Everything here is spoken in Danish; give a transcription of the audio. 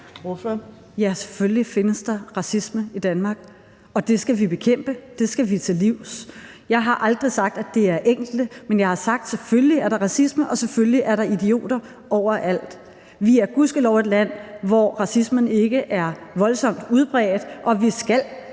Ja, selvfølgelig findes der racisme i Danmark, og det skal vi bekæmpe, det skal vi til livs. Jeg har aldrig sagt, at det kun er enkelte personer, men jeg har sagt, at der selvfølgelig er racisme, og at der selvfølgelig er idioter overalt. Vi er gudskelov et land, hvor racismen ikke er voldsomt udbredt, og vi skal